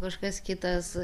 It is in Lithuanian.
kažkas kitas